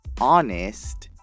honest